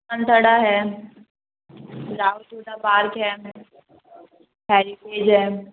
है राव पार्क हैं हेरिटेज़ है